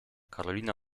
karolina